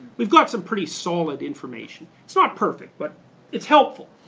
we got some pretty solid information, it's not perfect but it's helpful.